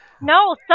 No